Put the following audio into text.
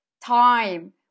time